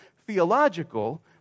theological